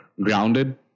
grounded